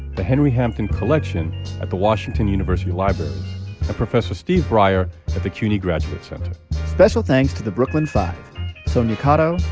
the henry hampton collection at the washington university libraries and professor steve brier at the cuny graduate center special thanks to the brooklyn five sonia cotto,